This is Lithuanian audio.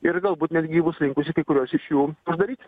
ir galbūt netgi bus linkusi kai kuriuos iš jų uždaryt